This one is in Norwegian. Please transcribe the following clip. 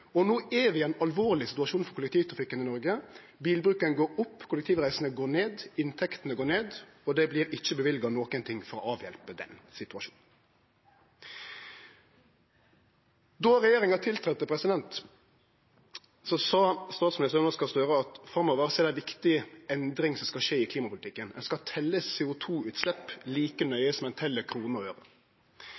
Og no er kollektivtrafikken i Noreg i ein alvorleg situasjon: Bilbruken går opp, talet kollektivreiser går ned, inntektene går ned, og det vert ikkje løyvt noko for å avhjelpe den situasjonen. Då regjeringa tiltredde, sa statsminister Jonas Gahr Støre at framover er det ei viktig endring som skal skje i klimapolitikken; ein skal telje CO 2 -utslepp like mykje som ein tel kroner og